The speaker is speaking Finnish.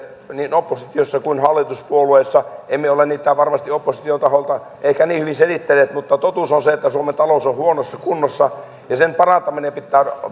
niin oppositiossa kuin hallituspuolueissa emme ole niitä varmasti opposition taholta ehkä niin hyvin selittäneet kertovat että totuus on se että suomen talous on huonossa kunnossa ja sen parantaminen pitää